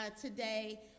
today